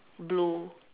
blue